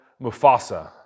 Mufasa